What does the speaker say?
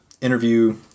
interview